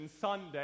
Sunday